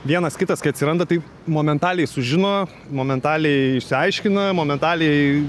vienas kitas kai atsiranda tai momentaliai sužino momentaliai išsiaiškina momentaliai